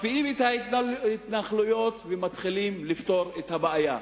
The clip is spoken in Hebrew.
מקפיאים את ההתנחלויות ומתחילים לפתור את הבעיה,